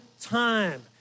time